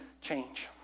change